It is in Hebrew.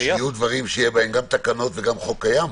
שיהיו דברים שיהיו בהם גם תקנות וגם חוק קיים?